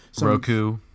Roku